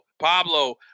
Pablo